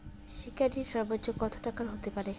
শিক্ষা ঋণ সর্বোচ্চ কত টাকার হতে পারে?